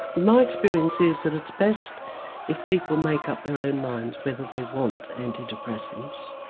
my experience is that it's best if people make up their own minds whether they want anti-depressants,